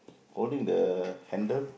holding the handle